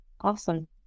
awesome